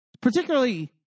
particularly